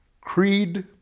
creed